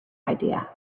idea